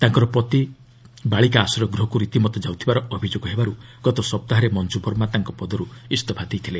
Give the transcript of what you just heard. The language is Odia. ତାଙ୍କ ପତି ବାଳିକା ଆଶ୍ରୟ ଗୃହକୁ ରୀତିମତ ଯାଉଥିବାର ଅଭିଯୋଗ ହେବାରୁ ଗତ ସପ୍ତାହରେ ମଞ୍ଜୁ ବର୍ମା ତାଙ୍କ ପଦରୁ ଇସଫା ଦେଇଥିଲେ